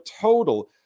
total